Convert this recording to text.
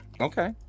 Okay